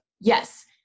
Yes